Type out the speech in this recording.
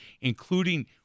including